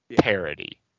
parody